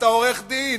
אתה עורך-דין.